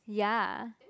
ya